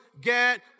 get